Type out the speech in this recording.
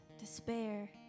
despair